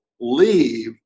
leave